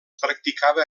practicava